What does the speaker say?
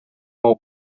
mou